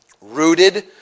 Rooted